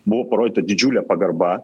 buvo parodyta didžiulė pagarba